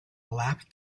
lap